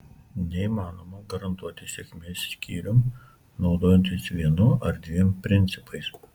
neįmanoma garantuoti sėkmės skyrium naudojantis vienu ar dviem principais